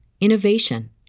innovation